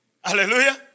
Hallelujah